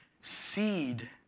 seed